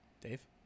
dave